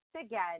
again